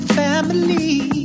family